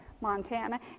Montana